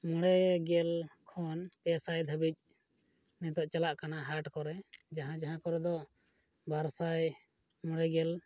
ᱢᱚᱬᱮ ᱜᱮᱞ ᱠᱷᱚᱱ ᱯᱮ ᱥᱟᱭ ᱫᱷᱟᱹᱵᱤᱡ ᱱᱤᱛᱚᱜ ᱪᱟᱞᱟᱜ ᱠᱟᱱᱟ ᱦᱟᱴ ᱠᱚᱨᱮ ᱡᱟᱦᱟᱸᱼᱡᱟᱦᱟᱸ ᱠᱚᱨᱮ ᱫᱚ ᱵᱟᱨᱥᱟᱭ ᱢᱚᱬᱮ ᱜᱮᱞ